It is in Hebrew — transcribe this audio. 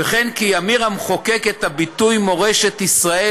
"וכן כי ימיר המחוקק את הביטוי 'מורשת ישראל'